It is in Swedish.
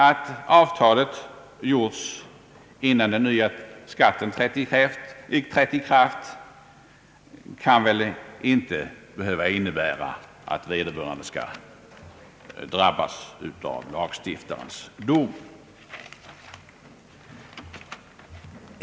Att avtalet har träffats innan den nya skatten trätt i kraft kan inte behöva innebära att vederbörande skall drabbas av lagstiftarens dom.